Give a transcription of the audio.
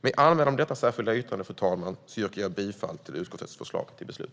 Med anmälan om detta särskilda yttrande yrkar jag bifall till utskottets förslag till beslut.